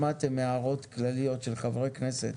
שמעתם הערות כלליות של חברי כנסת